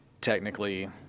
technically